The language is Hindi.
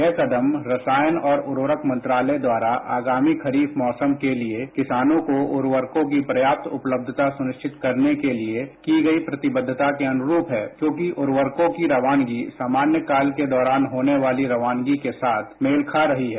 यह कदम उर्वरक और रसायन मंत्रालय द्वारा आगामी खरीफ मौसम के लिए किसानों को उर्वरक की प्रयाप्त उपलब्धता कराने के लिए की गई प्रतिबद्धता के अनुरूप है क्योंकि उर्वरकों की रवानगी समान्य काल के दौरान होने वाली रवानगी के साथ मेल खा रही है